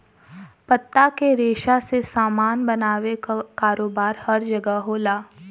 पत्ता के रेशा से सामान बनावे क कारोबार हर जगह होला